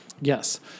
Yes